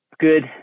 good